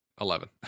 Eleven